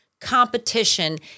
Competition